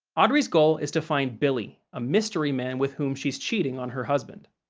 audrey's goal is to find billy, a mystery man with whom she's cheating on her husband.